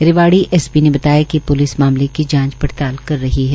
Rewari S P ने बताया कि प्लिस मामले की जांच पड़ताल कर रही है